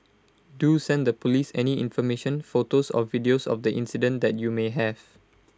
do send the Police any information photos or videos of the incident that you may have